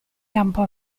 campo